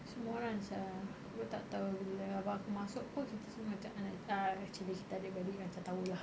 semua orang sia aku tak tahu bila abang aku masuk pun kita semua macam kita adik-beradik macam tahu lah